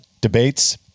debates